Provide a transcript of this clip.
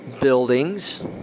buildings